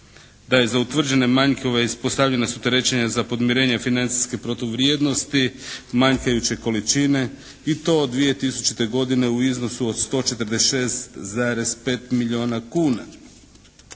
da je za utvrđene manjkove ispostavljena su terećenja za podmirenje financijske protuvrijednosti manjkajuće količine i to od 2000. godine u iznosu od 146,5 milijuna kuna.